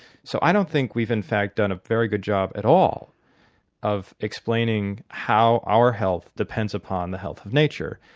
so i don't think we've in fact done a very good job at all of explaining how our health depends upon the health of nature.